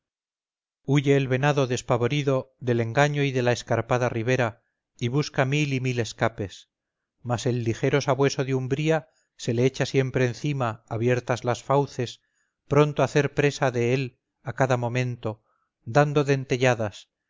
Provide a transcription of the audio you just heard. huye el venado despavorido del engaño y de la escarpada ribera y busca mil y mil escapes mas el ligero sabueso de umbría se le echa siempre encima abiertas las fauces pronto a hacer presa de él a cada momento dando dentelladas